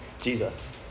Jesus